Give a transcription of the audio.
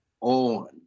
on